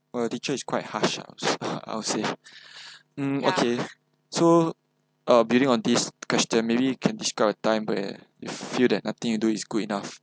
!wah! your teacher is quite harsh ah I'd say hmm okay so uh building on this question maybe you can describe a time where you feel that nothing you do is good enough